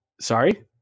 Sorry